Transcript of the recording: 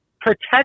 protect